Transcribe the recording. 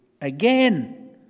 Again